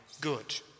good